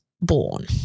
born